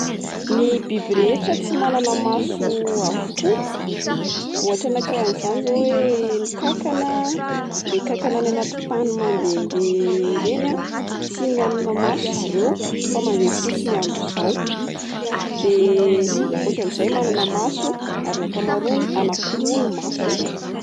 Ny biby rehetra tsy manana maso avokoa, ohatra anak'iray amin'izany zao oe ny kakana le kakana any anaty tany mandende reny a tsy manana maso zareo fa mande fotsiny amin'izao, de ny akotran'izay manana maso ary ny akamaroany anaky roa ny masony.